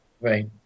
right